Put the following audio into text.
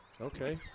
okay